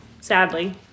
sadly